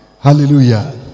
hallelujah